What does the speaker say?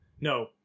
No